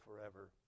forever